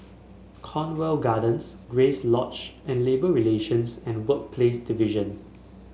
Cornwall Gardens Grace Lodge and Labour Relations and Workplace Division